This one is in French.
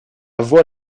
voie